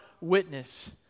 witness